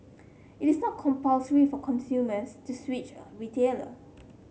it is not compulsory for consumers to switch a retailer